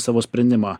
savo sprendimą